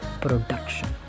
production